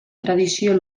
tradizio